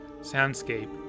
soundscape